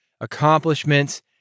accomplishments